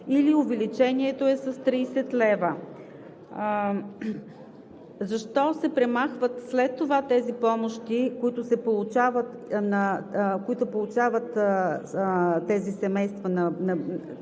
или увеличението е с 30 лв. Защо се премахват след това тези помощи, които получават семействата,